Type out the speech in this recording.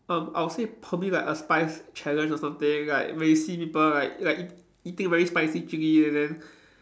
um I would say probably like a spice challenge or something like when you see people like like eat eating very spicy chilil and then